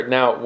Now